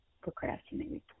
procrastinating